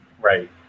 Right